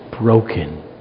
broken